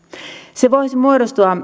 se voisi muodostua